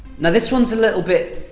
now this one's a little bit.